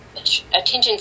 Attention